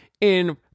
in-